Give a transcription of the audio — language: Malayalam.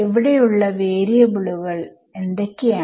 ഇവിടെയുള്ള വരിയബിളുകൾ എന്തൊക്കെയാണ്